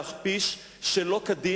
להכפיש שלא כדין,